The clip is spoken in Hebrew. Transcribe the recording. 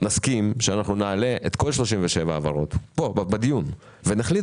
נסכים שנעלה את כל 37 ההעברות בדיון ונחליט